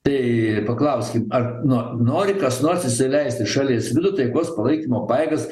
tai paklauskim ar nuo nori kas nors įsileist į šalis nu taikos palaikymo pajėgas